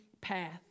path